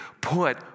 Put